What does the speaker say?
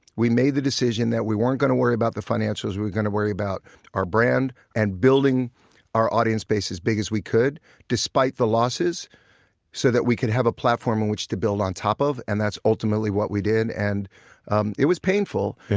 we made the decision that we weren't going to worry about the financials, we were going to worry about our brand and building our audience base as big as we could despite the losses so that we could have a platform in which to build on top of. and that's ultimately what we did, and um it was painful,